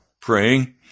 praying